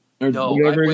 No